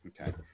Okay